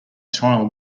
tile